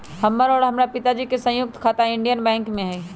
हमर और हमरा पिताजी के संयुक्त खाता इंडियन बैंक में हई